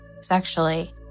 sexually